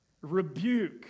Rebuke